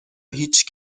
هیچ